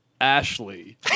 Ashley